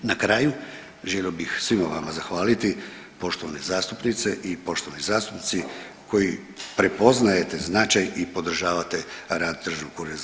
Na kraju želio bih svima vama zahvaliti poštovane zastupnice i poštovani zastupnici koji prepoznajete značaj i podržavate rad DUR-a.